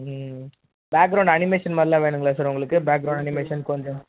ம் background animation மாதிரிலாம் வேணுங்களா சார் உங்களுக்கு பேக்ரௌண்ட் அனிமேஷன் கொஞ்சம்